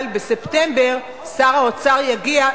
אבל בספטמבר שר האוצר יגיע,